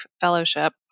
fellowship